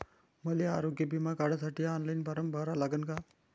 मले आरोग्य बिमा काढासाठी ऑनलाईन फारम भरा लागन का?